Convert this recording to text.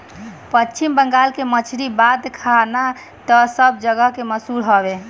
पश्चिम बंगाल के मछरी बात खाना तअ सब जगही मसहूर हवे